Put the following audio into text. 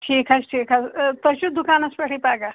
ٹھیٖک حظ ٹھیٖک حظ ٲں تُہۍ چھُو دُکانَس پٮ۪ٹھٕے پگاہ